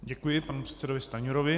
Děkuji panu předsedovi Stanjurovi.